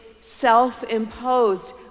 self-imposed